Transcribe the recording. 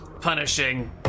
punishing